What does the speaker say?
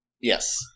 Yes